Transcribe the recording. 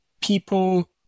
people